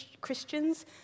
Christians